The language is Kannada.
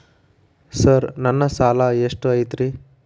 ಸರ್ ನನ್ನ ಸಾಲಾ ಎಷ್ಟು ಐತ್ರಿ?